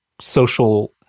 social